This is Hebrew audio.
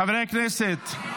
חברי הכנסת,